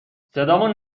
صدامون